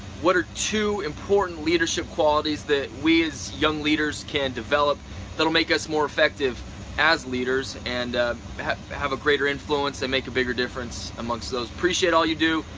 what are two important leadership qualities that we as young leaders can develop that'll make us more effective as leaders and have a greater influence and make a bigger difference amongst those? appreciate all you do.